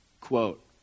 quote